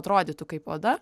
atrodytų kaip oda